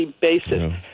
basis